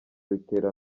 bitera